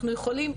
אנחנו יכולים,